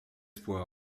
l’espoir